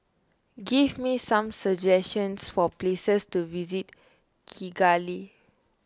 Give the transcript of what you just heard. give me some suggestions for places to visit Kigali